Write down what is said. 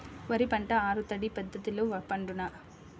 వరి పంట ఆరు తడి పద్ధతిలో పండునా?